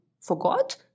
forgot